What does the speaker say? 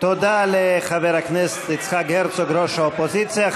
תודה לחבר הכנסת יצחק הרצוג, ראש האופוזיציה.